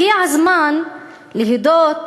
הגיע הזמן להודות